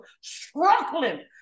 struggling